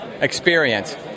experience